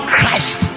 Christ